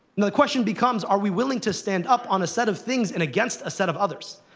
and the question becomes, are we willing to stand up on a set of things, and against a set of others.